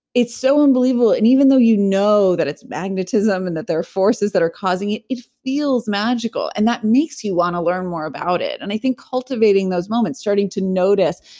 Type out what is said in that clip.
it's so unbelievable. and even though you know that it's magnetism and that their forces that are causing, it it feels magical. and that makes you want to learn more about it. and i think cultivating those moments starting to notice,